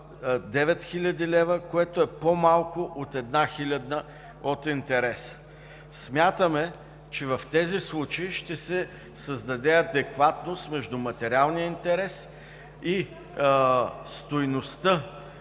9 хил. лв., което е по-малко от една хилядна от интереса. Смятаме, че в тези случаи ще се създаде адекватност между материалния интерес и стойността